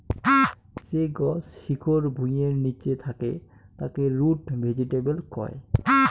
যে গছ শিকড় ভুঁইয়ের নিচে থাকে তাকে রুট ভেজিটেবল কয়